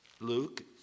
Luke